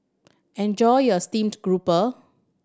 enjoy your steamed grouper